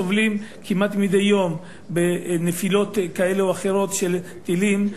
סובלים כמעט מדי יום מנפילות כאלה ואחרות של טילים,